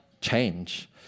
change